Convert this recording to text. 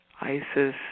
Isis